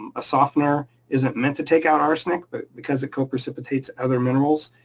a softener isn't meant to take out arsenic, but because it co precipitates other minerals,